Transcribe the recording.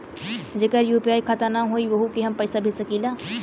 जेकर यू.पी.आई खाता ना होई वोहू के हम पैसा भेज सकीला?